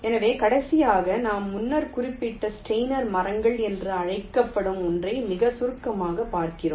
எனவே கடைசியாக நாம் முன்னர் குறிப்பிட்ட ஸ்டெய்னர் மரங்கள் என்று அழைக்கப்படும் ஒன்றை மிகச் சுருக்கமாகப் பார்க்கிறோம்